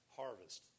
harvest